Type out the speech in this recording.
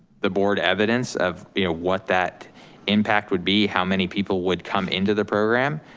the board evidence of what that impact would be, how many people would come into the program,